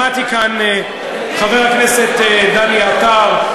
שמעתי כאן את חבר הכנסת דני עטר,